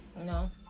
No